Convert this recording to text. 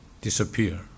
disappear